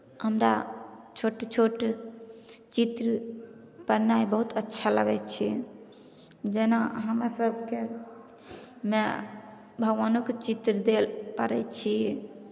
हमरा छोट छोट चित्र बनेनाइ बहुत अच्छा लागै छै जेना हमरा सभके माए भगवानोके चित्र देल पारै छी